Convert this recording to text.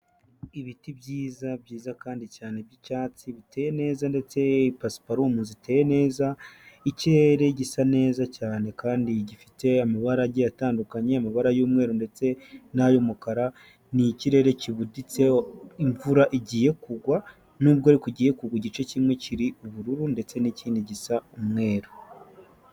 Ibiti byiza, byiza kandi cyane by'icyatsi biteye neza ndetse pasipaumu ziteye neza, ikirere gisa neza cyane kandi gifite amabara agiye atandukanye, amabara y'umweru ndetse n'ay'umukara, ni ikirere kibuditseho imvura igiye kugwa n'ubwo ariko igiye kugwa igice kimwe kiri ubururu ndetse n'ikindi gisa umweru.